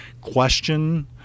question